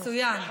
אוקיי.